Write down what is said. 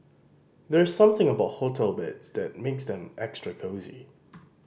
there's something about hotel beds that makes them extra cosy